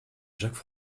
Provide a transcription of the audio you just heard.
jacques